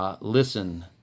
Listen